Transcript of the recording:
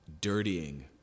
dirtying